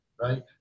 right